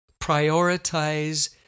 Prioritize